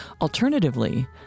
Alternatively